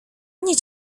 nie